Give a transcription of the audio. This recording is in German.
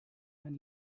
ein